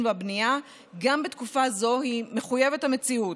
והבנייה גם בתקופה זו הם מחויבי המציאות.